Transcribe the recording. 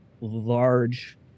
large